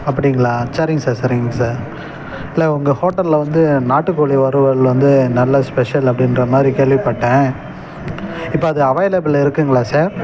அப்படிங்ளா சரிங்க சார் சரிங்க சார் இல்லை உங்க ஹோட்டலில் வந்து நாட்டுக்கோழி வறுவல் வந்து நல்ல ஸ்பெஷல் அப்படின்ற மாதிரி கேள்விப்பட்டேன் இப்போ அது அவைலபுல் இருக்குதுங்களா சார்